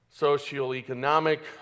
socioeconomic